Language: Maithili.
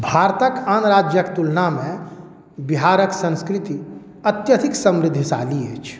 भारतके आन राज्यके तुलनामे बिहारके संस्कृति अत्यधिक समृद्धशाली अछि